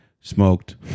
smoked